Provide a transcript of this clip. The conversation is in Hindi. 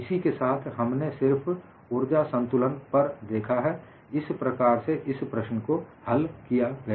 इसी के साथ हमने सिर्फ ऊर्जा संतुलन पर देखा है इस प्रकार से इस प्रश्न को हल किया गया